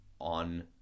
on